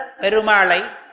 perumalai